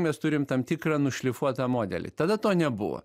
mes turim tam tikrą nušlifuotą modelį tada to nebuvo